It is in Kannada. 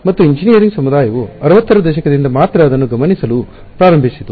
ಮತ್ತು ಎಂಜಿನಿಯರಿಂಗ್ ಸಮುದಾಯವು 60 ರ ದಶಕದಿಂದ ಮಾತ್ರ ಅದನ್ನು ಗಮನಿಸಲು ಪ್ರಾರಂಭಿಸಿತು